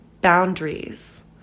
boundaries